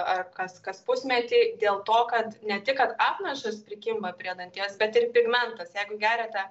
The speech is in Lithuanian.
ar kas kas pusmetį dėl to kad ne tik kad apnašos prikimba prie danties bet ir pigmentas jeigu geriate